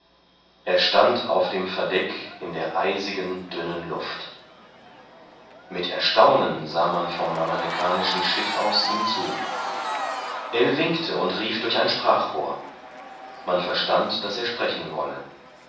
er stand auf dem verdeck in der eisigen dünnen luft mit erstaunen sah man vom amerikanischen schiff aus ihm zu ell winkte und rief durch ein sprachrohr man verstand daß er sprechen wolle